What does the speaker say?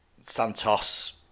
Santos